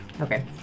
Okay